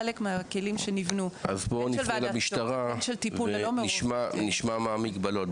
חלק מהכלים שנבנו --- בואו נפנה למשטרה ונשמע מה המגבלות.